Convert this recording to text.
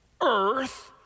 Earth